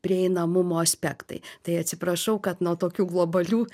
prieinamumo aspektai tai atsiprašau kad nuo tokių globalių